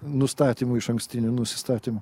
nustatymų išankstinių nusistatymų